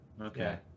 okay